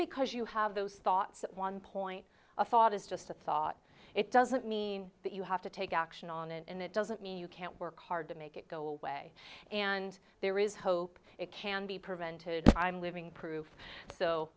because you have those thoughts at one point a thought is just a thought it doesn't mean that you have to take action on it and it doesn't mean you can't work hard to make it go away and there is hope it can be prevented i'm living proof so